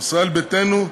ישראל ביתנו,